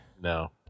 No